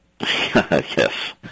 Yes